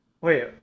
Wait